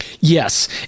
Yes